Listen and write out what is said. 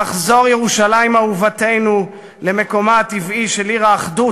תחזור ירושלים אהובתנו למקומה הטבעי של עיר האחדות,